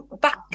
back